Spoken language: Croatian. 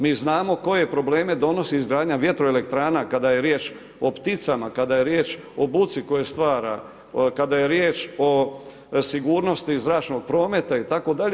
Mi znamo koje probleme donosi izgradnja vjetroelektrana kada je riječ o pticama, kada je riječ o budi koju stvara, kada je riječ o sigurnosti zračnog prometa itd.